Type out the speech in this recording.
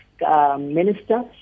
Minister